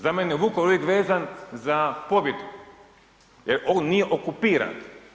Za mene je Vukovar vezan za pobjedu jer on nije okupiran.